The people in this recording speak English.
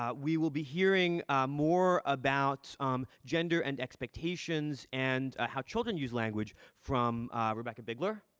um we will be hearing more about gender and expectations and ah how children use language from rebecca bigler.